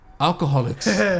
alcoholics